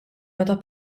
meta